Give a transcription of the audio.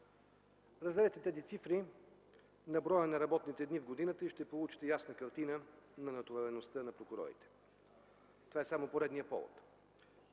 Разделете тези цифри на броя на работните дни в годината и ще получите ясна картина за натовареността на прокурорите. Това е само поредният повод